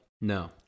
No